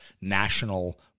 national